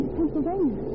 Pennsylvania